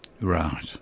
Right